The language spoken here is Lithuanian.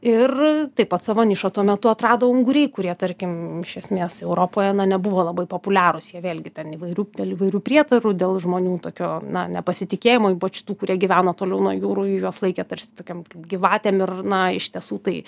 ir taip pat savo nišą tuo metu atrado unguriai kurie tarkim iš esmės europoje na nebuvo labai populiarūs jie vėlgi ten įvairių dėl įvairių prietarų dėl žmonių tokio na nepasitikėjimo ypač tų kurie gyveno toliau nuo jūrų juos laikė tarsi tokiom kaip gyvatėm ir na iš tiesų tai